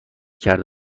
کرده